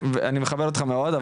ואני מכבד אותך מאוד,